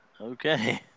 Okay